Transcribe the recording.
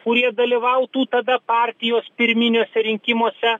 kurie dalyvautų tada partijos pirminiuose rinkimuose